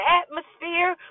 atmosphere